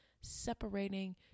separating